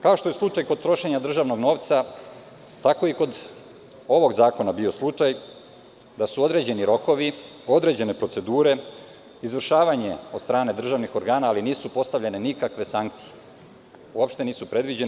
Kao što je slučaj kod trošenja državnog novca, tako je i kod ovog zakona bio slučaj da su određeni rokovi, određene procedure, izvršavanjem od strane državnih organa, ali nisu postavljene nikakve sankcije, uopšte nisu predviđene.